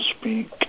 speak